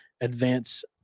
advance